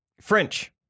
French